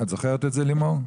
את זוכרת את זה, לימור?